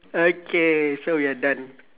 okay so we are done